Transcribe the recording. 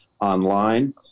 online